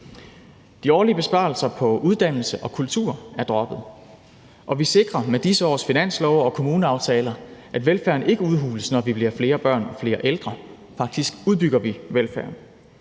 De årlige besparelser på uddannelse og kultur er droppet, og vi sikrer med disse års finanslove og kommuneaftaler, at velfærden ikke udhules, når vi bliver flere børn og flere ældre – faktisk udbygger vi velfærden.